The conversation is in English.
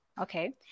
Okay